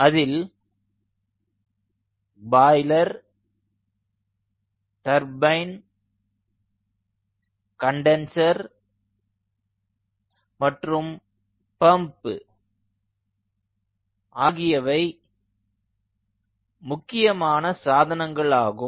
அதில் boiler turbine condenser மற்றும் pump ஆகியவை முக்கியமான சாதனங்களாகும்